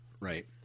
right